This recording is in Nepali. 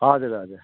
हजुर हजुर